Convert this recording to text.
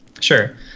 Sure